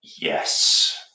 Yes